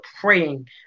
praying